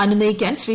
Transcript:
അനുനയിക്കാൻ Shri